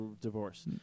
Divorce